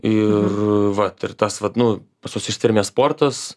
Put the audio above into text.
ir vat ir tos vat nu pas juos ištvermės sportus